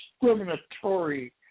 discriminatory